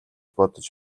бодож